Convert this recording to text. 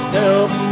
help